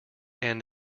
end